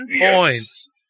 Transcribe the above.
points